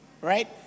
right